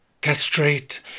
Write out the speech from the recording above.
castrate